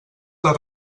les